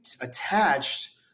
attached